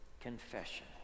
confession